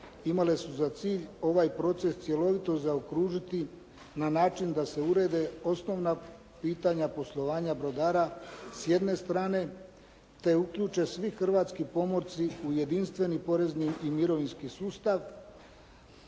imale su za cilj ovaj proces cjelovito zaokružiti na način da se urede osnovna pitanja poslovanja brodara s jedne strane, te uključe svi hrvatski pomorci u jedinstveni porezni i mirovinski sustav